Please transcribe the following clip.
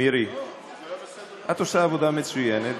מירי, את עושה עבודה מצוינת,